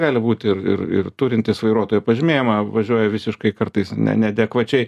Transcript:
gali būti ir ir ir turintys vairuotojo pažymėjimą važiuoja visiškai kartais ne neadekvačiai